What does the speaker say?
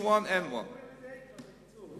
H1N1. קוראים לזה, בקיצור.